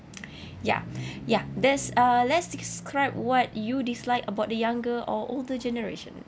ya ya there's uh let's describe what you dislike about the younger or older generation